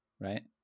right